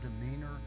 demeanor